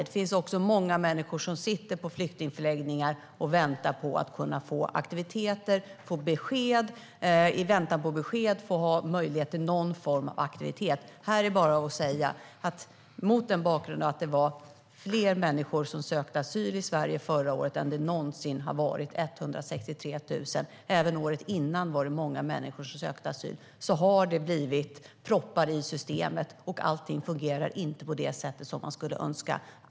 Det finns också många människor som sitter på flyktingförläggningar och väntar på att kunna få aktiviteter, att få besked och att i väntan på besked ha möjlighet till någon form av aktivitet. Det är bara att säga: Mot bakgrund av att fler människor än någonsin sökte asyl i Sverige förra året, 163 000, och att många människor sökte asyl även året innan har det blivit proppar i systemet, och allt fungerar inte på det sätt som man skulle önska.